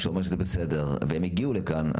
שאומרים שזה בסדר והם הגיעו לכאן,